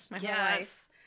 Yes